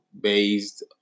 based